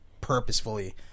purposefully